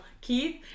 keith